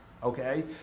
Okay